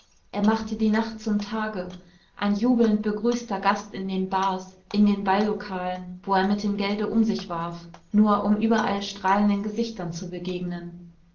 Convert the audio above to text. er machte die nacht zum tage ein jubelnd begrüßter gast in den bars in den ballokalen wo er mit dem gelde um sich warf nur um überall strahlenden gesichtern zu begegnen